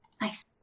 Nice